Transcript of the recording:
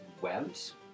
webs